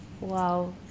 Wow